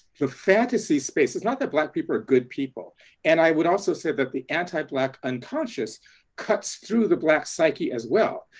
for fantasy space it's not that black people are good people and i would also say that the anti-black unconscious cuts through the black psyche as well,